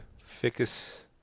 Ficus